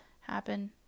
happen